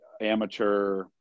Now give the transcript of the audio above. amateur